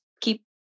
keep